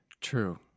True